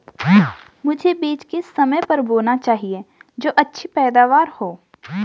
मुझे बीज किस समय पर बोना चाहिए जो अच्छी पैदावार हो?